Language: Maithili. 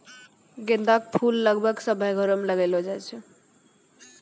गेंदा के फूल लगभग सभ्भे घरो मे लगैलो जाय छै